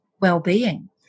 well-being